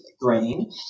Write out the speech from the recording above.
grain